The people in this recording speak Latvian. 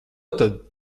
tad